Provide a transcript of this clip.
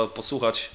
posłuchać